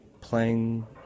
playing